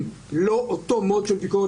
הרגילים, והחוק הזה להבנתי לא אמור לחול.